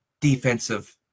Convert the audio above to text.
defensive